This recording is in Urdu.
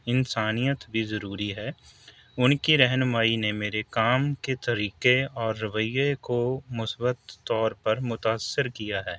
انسانیت بھی ضروری ہے ان کی رہنمائی نے میرے کام کے طریقے اور رویہ کو مثبت طور پر متاثر کیا ہے